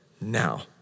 now